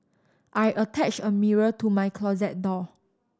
I attached a mirror to my closet door